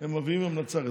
הם מביאים המלצה.